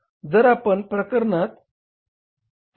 तर जर आपण या प्रकरणात 33